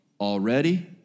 Already